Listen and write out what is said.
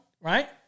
right